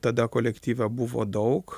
tada kolektyve buvo daug